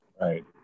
Right